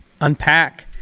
unpack